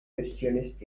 versiones